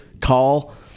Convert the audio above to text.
call